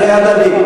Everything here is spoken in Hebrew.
זה הדדי,